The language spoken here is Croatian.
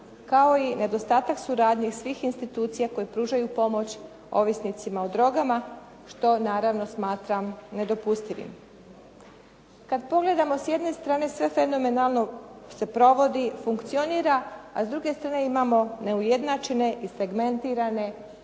kao i nedostatak suradnje svih institucija koje pružaju pomoć ovisnicima o drogama što naravno smatram nedopustivim. Kad pogledamo s jedne strane sve fenomenalno se provodi, funkcionira, a s druge strane imamo neujednačene i segmentirane